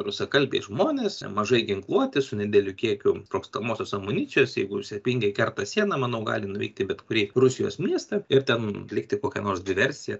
rusakalbiai žmonės mažai ginkluoti su nedideliu kiekiu sprogstamosios amunicijos jeigu sėkmingai kerta sieną manau gali nuvykti į bet kurį rusijos miestą ir ten atlikti kokią nors diversiją